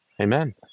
Amen